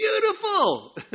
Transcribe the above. beautiful